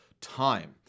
time